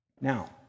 Now